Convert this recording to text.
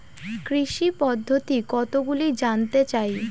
কৃষি পদ্ধতি কতগুলি জানতে চাই?